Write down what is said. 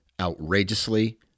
outrageously